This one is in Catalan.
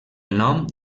nom